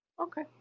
Okay